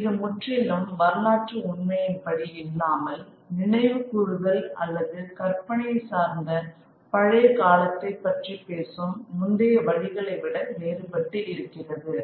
இது முற்றிலும் வரலாற்று உண்மையின் படி இல்லாமல் நினைவு கூறுதல் அல்லது கற்பனையை சார்ந்த பழைய காலத்தை பற்றி பேசும் முந்தைய வழிகளை விட வேறுபட்டு இருக்கிறது